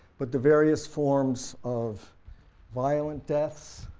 but the various forms of violent deaths